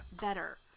better